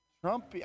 Trump